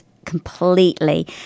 completely